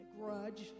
grudge